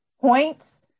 points